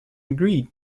agreed